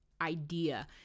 idea